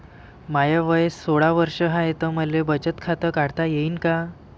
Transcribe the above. माय वय सोळा वर्ष हाय त मले बचत खात काढता येईन का?